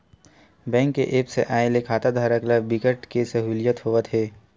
bank के apps आए ले खाताधारक ल बिकट के सहूलियत होवत हे